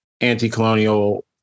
anti-colonial